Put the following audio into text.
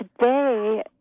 Today